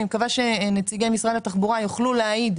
אני מקווה שנציגי משרד התחבורה יוכלו להעיד,